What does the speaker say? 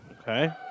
Okay